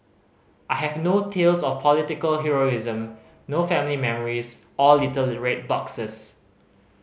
I have no tales of political heroism no family memories or little red boxes